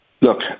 Look